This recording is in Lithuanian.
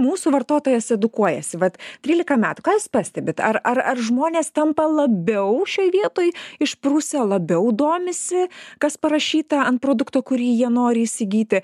mūsų vartotojas edukuojasi vat trylika metų kas jūs pastebit ar ar ar žmonės tampa labiau šioj vietoj išprusę labiau domisi kas parašyta ant produkto kurį jie nori įsigyti